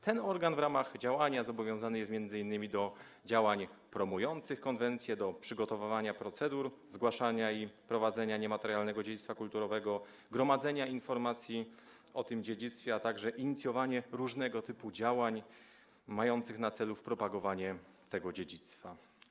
Ten organ w ramach działania zobowiązany jest m.in. do prowadzenia działań promujących konwencję, przygotowywania procedury zgłaszania propozycji w zakresie niematerialnego dziedzictwa kulturowego, gromadzenia informacji o tym dziedzictwie, a także inicjowania różnego typu działań mających na celu propagowanie tego dziedzictwa.